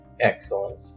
Excellent